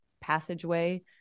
passageway